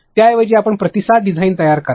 त्याऐवजी आपण प्रतिसाद डिझाइन तयार करा